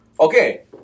Okay